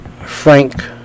Frank